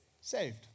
saved